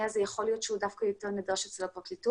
הזה יכול להיות שהוא יותר נדרש אצל הפרקליטות,